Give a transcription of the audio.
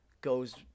goes